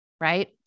right